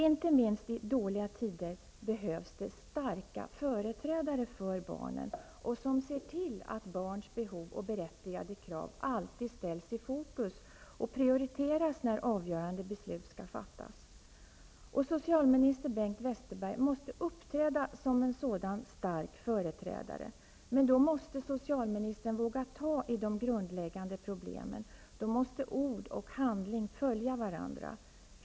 Inte minst i dåliga tider behövs det starka företrädare för barnen, som ser till att barns behov och berättigade krav alltid ställs i fokus och prioriteras när avgörande beslut skall fattas. Socialminister Bengt Westerberg måste uppträda som en sådan stark företrädare. Men då måste socialministern våga ta i de grundläggande problemen, då måste ord och handling följa varandra.